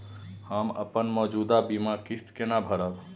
हम अपन मौजूद बीमा किस्त केना भरब?